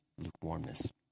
lukewarmness